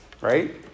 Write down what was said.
right